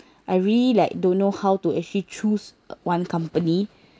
I really like don't know how to actually choose one company